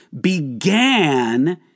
began